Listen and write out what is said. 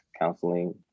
counseling